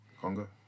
Congo